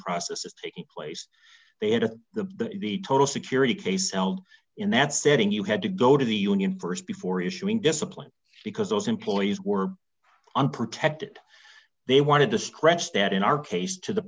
process is in place they had a the the total security case held in that setting you had to go to the union st before issuing discipline because those employees were unprotected they wanted to stretch that in our case to the